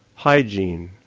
hygiene,